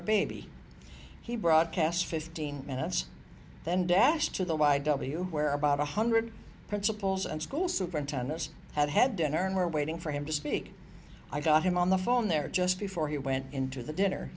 a baby he broadcast fifteen minutes then dash to the y w where about one hundred principals and school superintendents had had dinner and were waiting for him to speak i got him on the phone there just before he went into the dinner